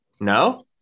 No